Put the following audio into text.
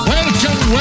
Welcome